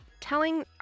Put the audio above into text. telling